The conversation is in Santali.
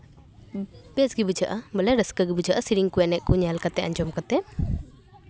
ᱵᱮᱥᱜᱮ ᱵᱩᱡᱷᱟᱹᱜᱼᱟ ᱵᱚᱞᱮ ᱨᱟᱹᱥᱠᱟᱹ ᱜᱮ ᱵᱩᱡᱷᱟᱹᱜᱼᱟ ᱥᱮᱨᱮᱧ ᱠᱚ ᱮᱱᱮᱡ ᱠᱚ ᱧᱮᱞ ᱠᱟᱛᱮ ᱟᱸᱡᱚᱢ ᱠᱟᱛᱮ